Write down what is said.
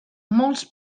molts